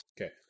Okay